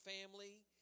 family